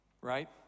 Right